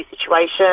situation